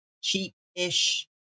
cheap-ish